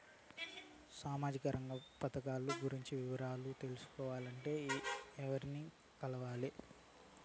సామాజిక రంగ పథకాలు గురించి వివరాలు తెలుసుకోవాలంటే ఎవర్ని కలవాలి?